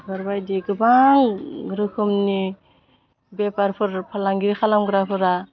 बेफोरबायदि गोबां रोखोमनि बेफारफोर फालांगि खालामग्राफोरा